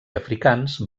africans